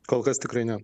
kol kas tikrai ne